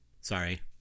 Sorry